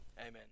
Amen